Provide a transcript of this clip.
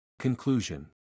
Conclusion